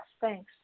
Thanks